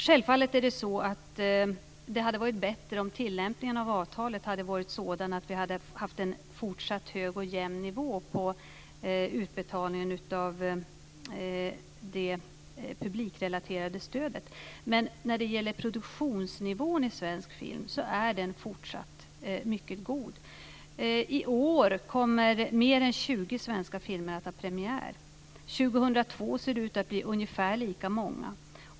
Självfallet hade det varit bättre om tillämpningen av avtalet hade varit sådan att vi hade haft en fortsatt hög och jämn nivå på utbetalningen av det publikrelaterade stödet. Produktionsnivån i svensk film är fortsatt mycket god. I år kommer mer än 20 svenska filmer att ha premiär. 2002 ser det ut att bli ungefär lika många.